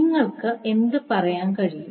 നിങ്ങൾക്ക് എന്ത് പറയാൻ കഴിയും